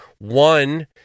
One